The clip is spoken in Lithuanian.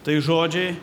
tai žodžiai